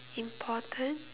important